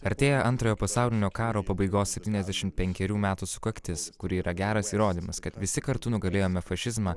artėja antrojo pasaulinio karo pabaigos septyniasdešim penkerių metų sukaktis kuri yra geras įrodymas kad visi kartu nugalėjome fašizmą